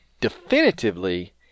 definitively